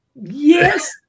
Yes